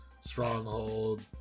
Stronghold